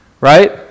right